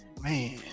Man